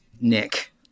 Nick